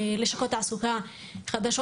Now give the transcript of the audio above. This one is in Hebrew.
תעסוקה חדשות.